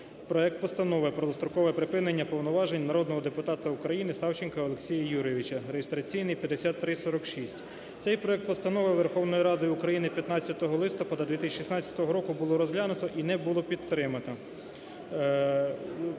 проект Постанови про дострокове припинення повноважень народного депутата України Савченка Олексія Юрійовича (реєстраційний 5346). Цей проект постанови Верховної Ради України 15 листопада 2016 року було розглянуто і не було підтримано.